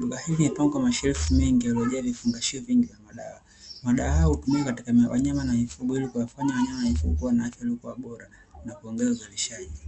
Duka hili limepangwa mashelfu mengi yaliyojaa vifungashio vingi vya madawa. Madawa haya hutumika katika wanyama na mifugo ili kuwafanya wanyama na mifugo kuwa na afya iliyokuwa bora, na kuongeza uzalishaji.